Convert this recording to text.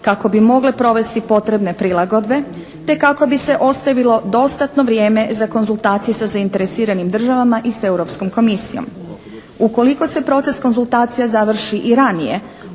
kako bi mogle provesti potrebne prilagodbe te kako bi se ostavilo dostatno vrijeme za konzultacije sa zainteresiranim državama i s Europskom komisijom. Ukoliko se proces konzultacija završi i ranije